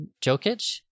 Jokic